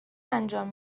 انجام